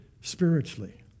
spiritually